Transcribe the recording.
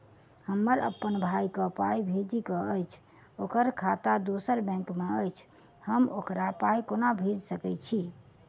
हमरा अप्पन भाई कऽ पाई भेजि कऽ अछि, ओकर खाता दोसर बैंक मे अछि, हम ओकरा पाई कोना भेजि सकय छी?